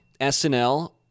SNL